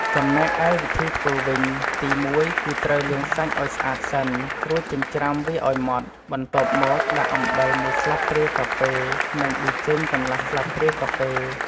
ចំណែកឯវិធីធ្វើវិញ ទី១គឺត្រូវលាងសាច់ឱ្យស្អាតសិន រួចចិញ្ជ្រាំវាឱ្យម៉ដ្ឋ បន្ទាប់មកដាក់អំបិលមួយស្លាបព្រាកាហ្វេ និង ប៊ីចេងកន្លះស្លាបព្រាកាហ្វេ។